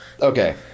okay